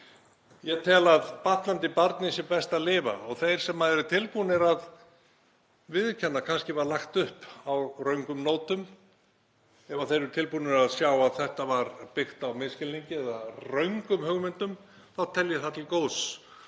Ég tel að batnandi manni sé best að lifa og ef þeir sem eru tilbúnir að viðurkenna að kannski var lagt upp á röngum nótum eru tilbúnir að sjá að þetta var byggt á misskilningi eða röngum hugmyndum, þá tel ég það til góðs.